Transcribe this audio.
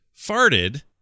farted